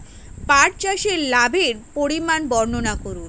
পাঠ চাষের লাভের পরিমান বর্ননা করুন?